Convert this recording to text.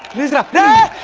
is not